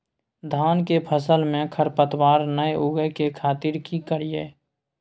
धान के फसल में खरपतवार नय उगय के खातिर की करियै?